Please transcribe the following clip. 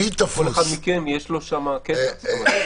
לכל אחד מכם יש שם קטע,